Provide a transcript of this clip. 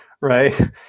right